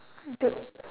Dick